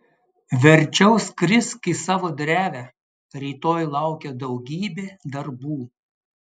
verčiau skrisk į savo drevę rytoj laukia daugybė darbų